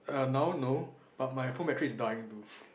!aiya! now no but my phone battery is dying too